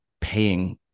paying